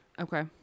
Okay